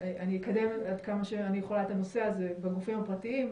אקדם עד כמה שאני יכולה את הנושא הזה בגופים הפרטיים,